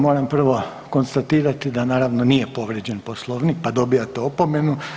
Moram prvo konstatirati da naravno nije povrijeđen Poslovnik pa dobijate opomenu.